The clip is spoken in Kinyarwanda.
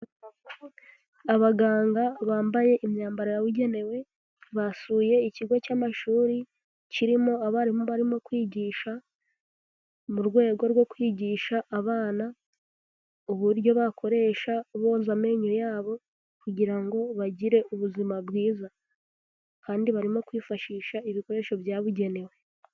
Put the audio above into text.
Abaganga bambaye imyambaro yabugenewe basuye ikigo cy'amashuri kirimo abarimu barimo kwigisha mu rwego rwo kwigisha abana uburyo bakoresha boza amenyo yabo kugira ngo bagire ubuzima bwiza kandi barimo kwifashisha ibikoresho byabugenewe.